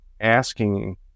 asking